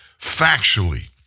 Factually